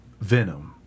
Venom